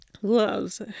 gloves